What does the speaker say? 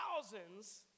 thousands